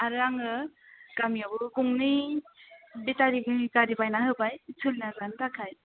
आरो आङो गामियावबो गंनै बेटारि गारि बायना होबाय सोलिना जानो थाखाय